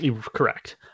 Correct